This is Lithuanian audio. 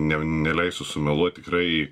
ne neleis sumeluot tikrai